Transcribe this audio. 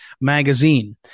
magazine